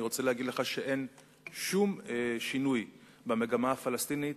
אני רוצה להגיד לך שאין שום שינוי במגמה הפלסטינית,